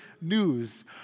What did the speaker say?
news